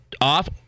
off